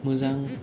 मोजां